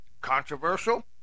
Controversial